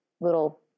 little